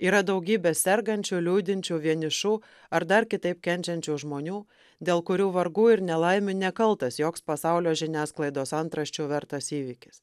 yra daugybė sergančių liūdinčių vienišų ar dar kitaip kenčiančių žmonių dėl kurių vargų ir nelaimių nekaltas joks pasaulio žiniasklaidos antraščių vertas įvykis